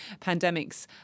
pandemics